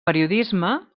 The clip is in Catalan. periodisme